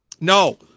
No